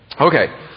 okay